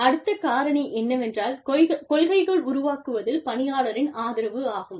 அடுத்த காரணி என்னவென்றால் கொள்கைகள் உருவாக்கத்தில் பணியாளரின் ஆதரவு ஆகும்